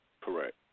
correct